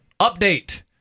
update